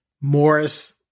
Morris